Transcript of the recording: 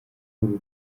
uru